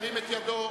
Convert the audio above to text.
מי נגד?